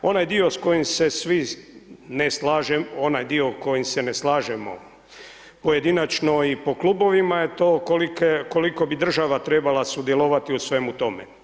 Onaj dio s kojim se svi, ne slažem, onaj dio s kojim se ne slažemo pojedinačno i po klubovima je to koliko bi država trebala sudjelovati u svemu tome.